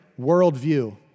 Worldview